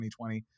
2020